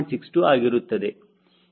62 ಆಗಿರುತ್ತದೆ